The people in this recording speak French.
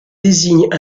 désigne